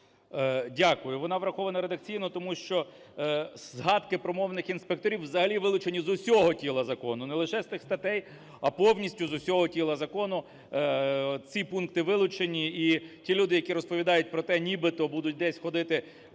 Дякую. Вона врахована редакційно, тому що згадки про мовних інспекторів взагалі вилучені з усього тіла закону, не лише з тих статей, а повністю з усього тіла закону ці пункти вилучені. І ті люди, які розповідають про те, нібито будуть десь ходити